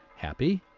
happy?